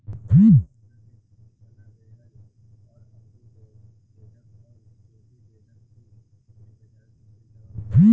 गन्ना में तना बेधक और अंकुर बेधक और चोटी बेधक कीट से बचाव कालिए दवा बताई?